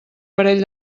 parell